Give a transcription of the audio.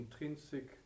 intrinsic